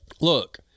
Look